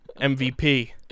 mvp